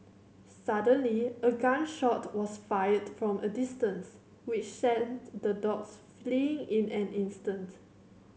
suddenly a gun shot was fired from a distance which sent the dogs fleeing in an instant